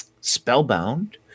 Spellbound